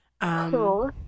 Cool